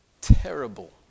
terrible